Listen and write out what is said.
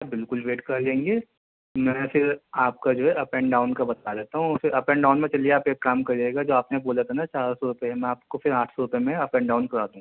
بالکل ویٹ کر لیں گے میں پھر آپ کا جو ہے اپ اینڈ ڈاؤن کا بتا دیتا ہوں پھر اپ اینڈ ڈاؤن میں چلیے آپ ایک کام کریے گا جو آپ نے بولا تھا نا چار سو روپے میں آپ کو پھر آٹھ سو روپے میں اپ اینڈ ڈاؤن کرا دوں گا